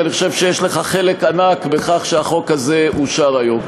אני חושב שיש לך חלק ענק בכך שהחוק הזה אושר היום.